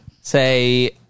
Say